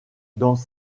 dans